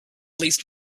least